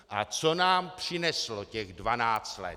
A co nám přineslo těch 12 let?